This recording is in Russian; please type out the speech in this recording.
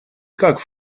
как